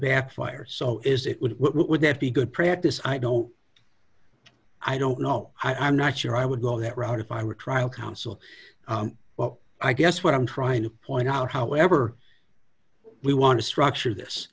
backfire so is it would what would that be good practice i don't i don't know i'm not sure i would go that route if i were a trial counsel well i guess what i'm trying to point out however we want to structure this